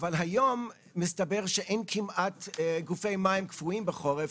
אבל היום מסתבר שאין כמעט גופי מים קפואים בחורף,